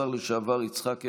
השר לשעבר יצחק הרצוג,